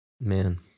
Man